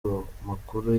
amakuru